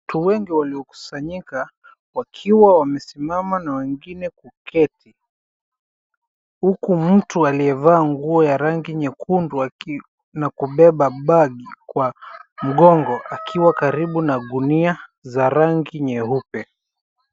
Watu wengi waliokusanyika, wakiwa wamesimama na wengine kuketi, huku mtu aliyevaa nguo ya rangi nyekundu aki na kubeba bagi kwa mgongo akiwa karibu na gunia za zangi nyeupe.